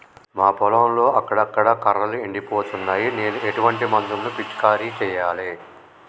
మా పొలంలో అక్కడక్కడ కర్రలు ఎండిపోతున్నాయి నేను ఎటువంటి మందులను పిచికారీ చెయ్యాలే?